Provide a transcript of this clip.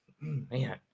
Man